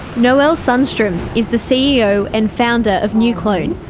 noelle sunstrom is the ceo and founder of neuclone,